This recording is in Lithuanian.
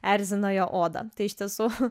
erzina jo odą tai iš tiesų